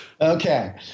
Okay